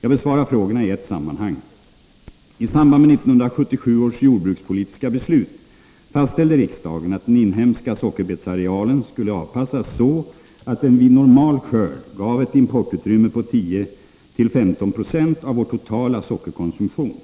Jag besvarar frågorna i ett sammanhang. I samband med 1977 års jordbrukspolitiska beslut fastställde riksdagen att den inhemska sockerbetsarealen skulle avpassas så att den vid normal skörd gav ett importutrymme på 10-15 96 av vår totala sockerkonsumtion.